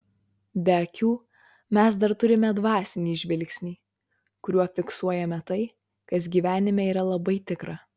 be akių mes dar turime dvasinį žvilgsnį kuriuo fiksuojame tai kas gyvenime yra labai tikra